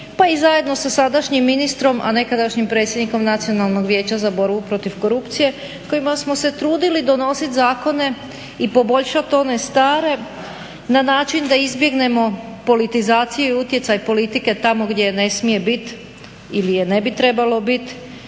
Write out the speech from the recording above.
pa zajedno i sa sadašnjim ministrom, a nekadašnjim predsjednikom Nacionalnog vijeća za borbu protiv korupcije kojima smo se trudili donositi zakone i poboljšati one stare na način da izbjegnemo politizaciju i utjecaj politike tamo gdje je ne smije biti ili je ne bi trebalo biti